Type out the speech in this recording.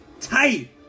Tight